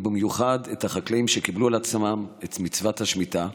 ובמיוחד את החקלאים שקיבלו על עצמם את מצוות השמיטה,